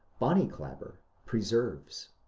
bonny clabber, preserves.